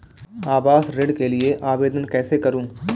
आवास ऋण के लिए आवेदन कैसे करुँ?